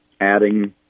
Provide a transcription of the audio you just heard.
adding